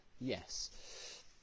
Yes